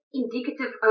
indicative